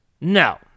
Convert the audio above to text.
No